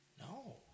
No